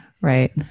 Right